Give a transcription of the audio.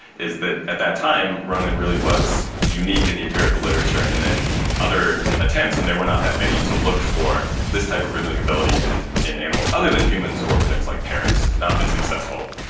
is that at that time ronan really was unique in the empirical literature in that other attempts, and there were not that many, to look for this type of rhythmic ability and in animals other than humans or things like parrots, had not been successful.